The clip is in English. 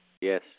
Yes